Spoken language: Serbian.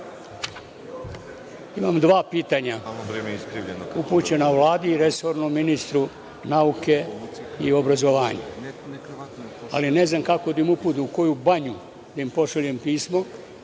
Imam dva pitanja upućena Vladi i resornom ministru nauke i obrazovanja, ali ne znam kako da im uputim, u koju banju da im pošaljem pismo,